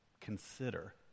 consider